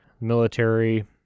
military